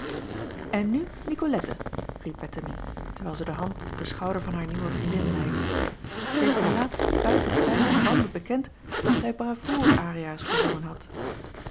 n nu icolette riep ettemie terwijl zij de hand op den schouder van haar nieuwe vriendin leide zij heeft mij laatst buiten pijn en banden bekend dat zij bravoerariaas gezongen had